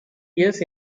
years